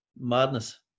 Madness